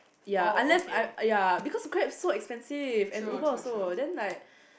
ya unless I I ya because grab so expensive and uber also then like